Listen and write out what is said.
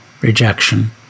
rejection